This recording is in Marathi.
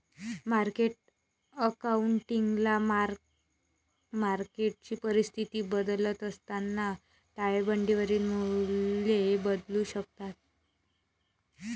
मार्केट अकाउंटिंगला मार्क मार्केटची परिस्थिती बदलत असताना ताळेबंदावरील मूल्ये बदलू शकतात